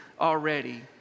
already